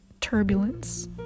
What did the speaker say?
turbulence